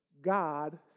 God